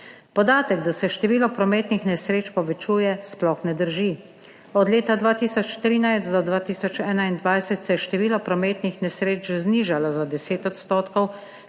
Podatek, da se število prometnih nesreč povečuje, sploh ne drži. Od leta 2013 do 2021 se je število prometnih nesreč znižalo za 10 %,